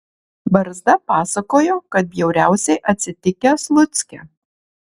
barzda pasakojo kad bjauriausiai atsitikę slucke